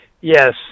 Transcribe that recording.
Yes